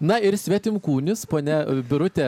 na ir svetimkūnis ponia birutė